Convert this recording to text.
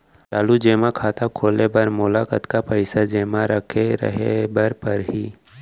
चालू जेमा खाता खोले बर मोला कतना पइसा जेमा रखे रहे बर पड़ही?